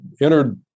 entered